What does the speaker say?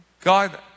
God